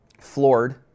floored